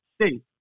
State